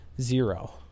zero